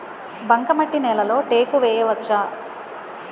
బంకమట్టి నేలలో టేకు వేయవచ్చా?